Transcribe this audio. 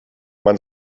man